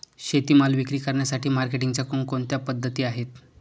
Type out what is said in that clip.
शेतीमाल विक्री करण्यासाठी मार्केटिंगच्या कोणकोणत्या पद्धती आहेत?